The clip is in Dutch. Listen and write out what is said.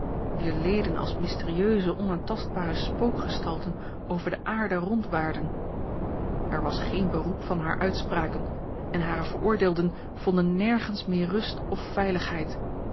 wier leden als mysterieuse onaantastbare spookgestalten over de aarde rondwaarden er was geen beroep van hare uitspraken en hare veroordeelden vonden nergens meer rust of veiligheid